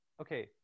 okay